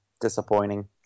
disappointing